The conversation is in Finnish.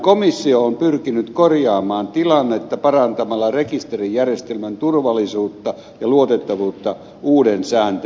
komissio on pyrkinyt korjaamaan tilannetta parantamalla rekisterijärjestelmän turvallisuutta ja luotettavuutta uuden sääntelyn avulla